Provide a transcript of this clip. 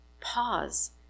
pause